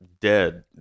dead